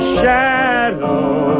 shadows